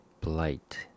Blight